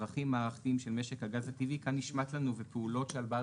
וצרכים מערכתיים של משק הגז הטבעי כאן נשמט לנו ופעולות שעל בעל